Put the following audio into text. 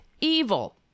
evil